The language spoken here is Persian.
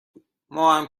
بود، ماهم